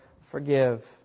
forgive